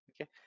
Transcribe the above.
okay